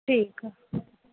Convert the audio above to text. ठीकु आहे